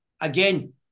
Again